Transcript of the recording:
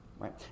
Right